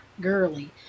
girly